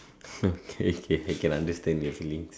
okay okay I can understand your feelings